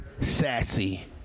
sassy